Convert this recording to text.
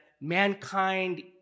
mankind